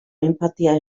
enpatia